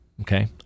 okay